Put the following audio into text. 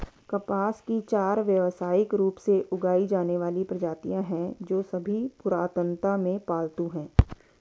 कपास की चार व्यावसायिक रूप से उगाई जाने वाली प्रजातियां हैं, जो सभी पुरातनता में पालतू हैं